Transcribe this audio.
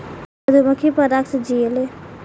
मधुमक्खी पराग से जियेले